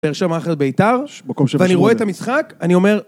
מקום של בית"ר ואני רואה את המשחק, אני אומר...